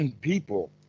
people